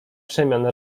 przemian